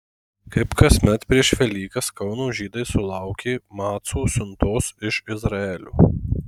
kaip kasmet prieš velykas kauno žydai sulaukė macų siuntos iš izraelio